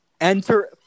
Enter